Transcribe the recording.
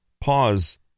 pause